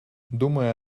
думая